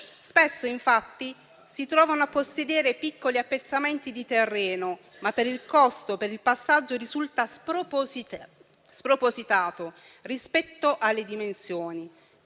Spesso, infatti, si trovano a possedere piccoli appezzamenti di terreno, ma il costo per il passaggio risulta sproposito rispetto alle dimensioni.